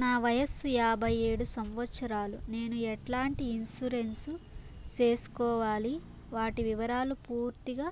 నా వయస్సు యాభై ఏడు సంవత్సరాలు నేను ఎట్లాంటి ఇన్సూరెన్సు సేసుకోవాలి? వాటి వివరాలు పూర్తి గా